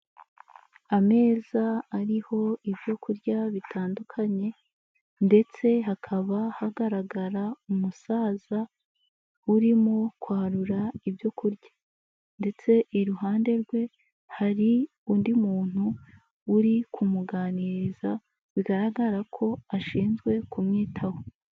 Ameza ariho ibyo kurya bitandukanye ndetse hakaba hagaragara umusaza urimo kwarura ibyo kurya ndetse iruhande rwe hari undi muntu uri kumuganiriza, bigaragara ko ashinzwe kumwitaho.